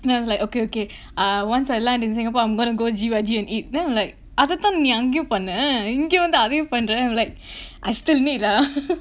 then I was like okay okay ah once I land in singapore I'm gonna go G_Y_G and eat then I'm like அதத்தா நீ அங்கயும் பண்ண இங்க வந்து அதயும் பண்ற:athatthaa nee angayum panna inga vanthu athayum panra I'm like I still need lah